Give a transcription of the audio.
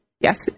Yes